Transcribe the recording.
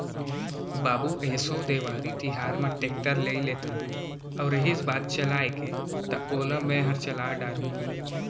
बाबू एसो देवारी तिहार म टेक्टर लेइ लेथन अउ रहिस बात चलाय के त ओला मैंहर चला डार हूँ